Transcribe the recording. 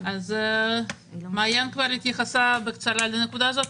מעין ספיבק כבר התייחסה בקצרה לנקודה הזאת,